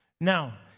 Now